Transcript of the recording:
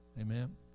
amen